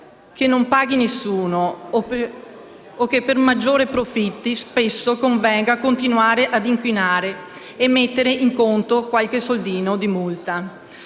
che non paghi nessuno o che, per maggiori profitti, spesso convenga continuare ad inquinare e mettere in conto qualche soldino di multa.